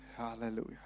Hallelujah